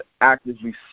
actively